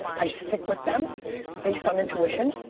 i stick with them based on intuition.